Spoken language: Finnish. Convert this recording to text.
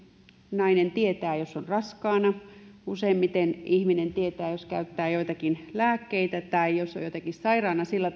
nainen tietää jos on raskaana useimmiten ihminen tietää jos käyttää joitakin lääkkeitä tai jos on jotenkin sairaana sillä